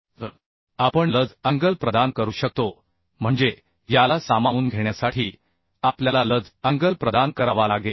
तर आपण lag angle प्रदान करू शकतो म्हणजे याला सामावून घेण्यासाठी आपल्याला लज अँगल प्रदान करावा लागेल